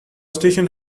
station